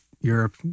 Europe